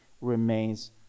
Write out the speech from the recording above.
remains